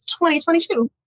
2022